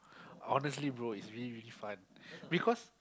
honestly bro it's really really fun because